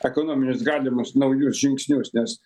ekonominius galimus naujus žingsnius nes